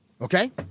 Okay